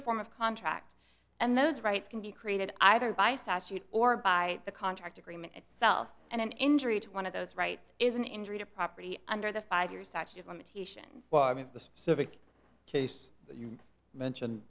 a form of contract and those rights can be created either by statute or by the contract agreement itself and an injury to one of those rights is an injury to property under the five years statute of limitations well i mean the specific case that you mentioned